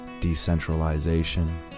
decentralization